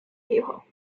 people